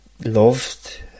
Loved